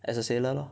as a sailor lor